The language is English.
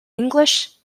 english